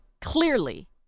clearly